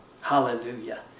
Hallelujah